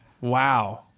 Wow